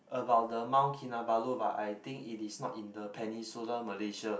about the Mount Kinabalu but I think it is not in the Peninsular Malaysia